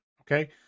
Okay